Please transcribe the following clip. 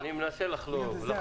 אני מנסה לחלוב ולחלוב ולחלוב.